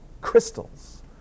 Crystals